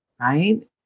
right